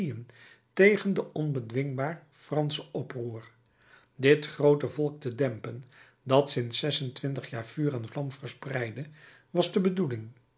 tegen het onbedwingbaar fransch oproer dit groote volk te dempen dat sinds zesentwintig jaar vuur en vlam verspreidde was de bedoeling